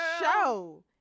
show